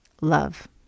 Love